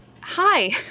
Hi